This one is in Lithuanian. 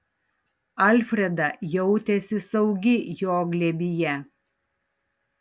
alfreda jautėsi saugi jo glėbyje